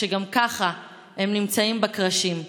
כשגם ככה הם נמצאים על הקרשים.